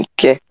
Okay